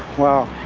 well,